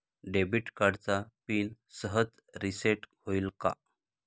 Debit कार्डचा PIN सहज reset होईल का?